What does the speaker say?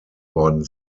worden